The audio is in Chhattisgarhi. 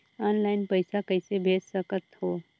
ऑनलाइन पइसा कइसे भेज सकत हो?